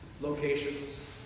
locations